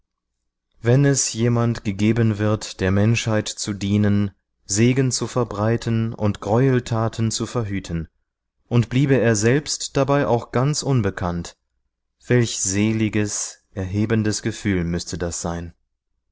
wenn es jemand gegeben wird der menschheit zu dienen segen zu verbreiten und greueltaten zu verhüten und bliebe er selbst dabei auch ganz unbekannt welch seliges erhebendes gefühl müßte das sein